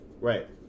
Right